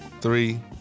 three